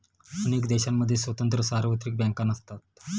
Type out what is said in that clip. अनेक देशांमध्ये स्वतंत्र सार्वत्रिक बँका नसतात